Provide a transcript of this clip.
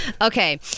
Okay